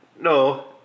no